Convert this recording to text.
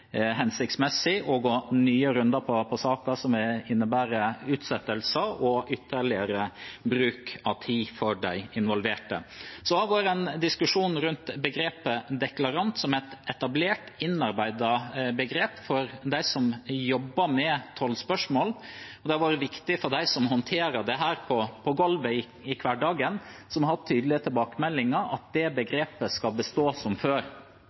hensiktsmessig å gå nye runder på saken, som innebærer utsettelser og ytterligere bruk av tid for de involverte. Det har også vært en diskusjon rundt begrepet «deklarant», som er et etablert, innarbeidet begrep for dem som jobber med tollspørsmål, og det har vært viktig for dem som håndterer dette på golvet, i hverdagen, som har hatt tydelige tilbakemeldinger, at det begrepet skal bestå som før.